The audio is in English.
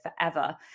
forever